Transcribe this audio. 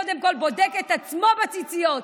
קודם כול בודק את עצמו בציציות,